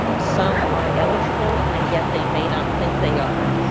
some our eligible and yet they may not think they are,